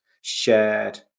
shared